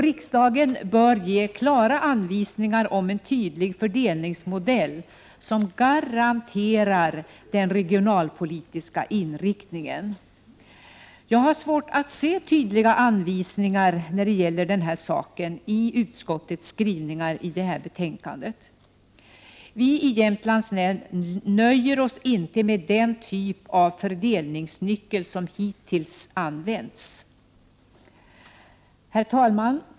Riksdagen bör ge klara anvisningar om en tydlig fördelningsmodell, som garanterar den regionalpolitiska inriktningen. Jag har svårt att se tydliga anvisningar när det gäller den här saken i utskottets skrivningar i betänkandet. Vi i Jämtlands län nöjer oss inte med den typ av fördelningsnyckel som hittills har använts. Herr talman!